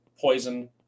poison